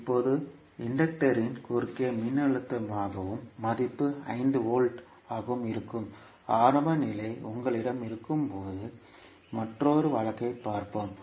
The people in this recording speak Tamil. இப்போது இன்டக்டரின் குறுக்கே மின்னழுத்தமாகவும் மதிப்பு 5 வோல்ட் ஆகவும் இருக்கும் ஆரம்ப நிலை உங்களிடம் இருக்கும் போது மற்றொரு வழக்கைப் பார்ப்போம்